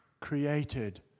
created